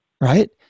right